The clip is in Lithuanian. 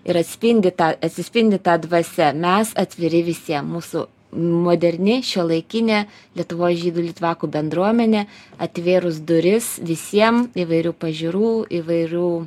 ir atspindi tą atsispindi ta dvasia mes atviri visiem mūsų moderni šiuolaikinė lietuvos žydų litvakų bendruomenė atvėrus duris visiem įvairių pažiūrų įvairių